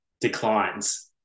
declines